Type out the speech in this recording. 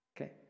Okay